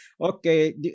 okay